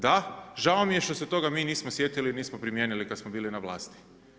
Da, žao mi je što se toga mi nismo sjetili i nismo primijenili kad smo bili na vlasti.